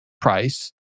price